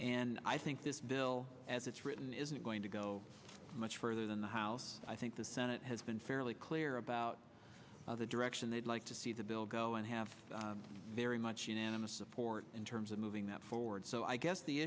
and i think this bill as it's written isn't going to go much further than the house i think the senate has been fairly clear about the direction they'd like to see the bill go and have very much unanimous support in terms of moving that forward so i guess the